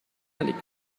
liegt